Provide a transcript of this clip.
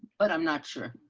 but i'm not sure.